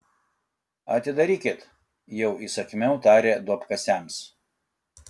atidarykit jau įsakmiau tarė duobkasiams